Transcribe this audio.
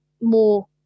more